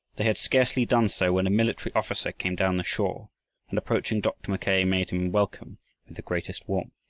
they had scarcely done so when a military officer came down the shore and approaching dr. mackay made him welcome with the greatest warmth.